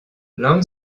long